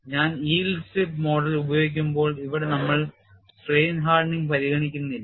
ഞാൻ yield strip model ഉപയോഗിക്കുമ്പോൾ ഇവിടെ നമ്മൾ strain hardening പരിഗണിക്കുന്നില്ല